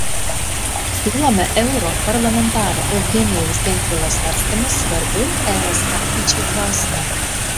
siūlome europarlamentaro eugenijaus gentvilo svarstymus svarbiu es ateičiai klausimu